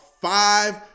five